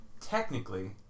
Technically